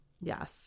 Yes